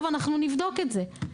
אבל אנחנו נבדוק את זה.